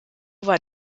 war